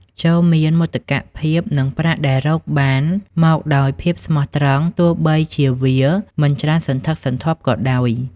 ចូរមានមោទកភាពនឹងប្រាក់ដែលរកបានមកដោយភាពស្មោះត្រង់ ទោះបីជាវាមិនច្រើនសន្ធឹកសន្ធាប់ក៏ដោយ។